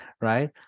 right